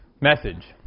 message